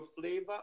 flavor